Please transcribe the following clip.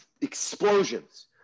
explosions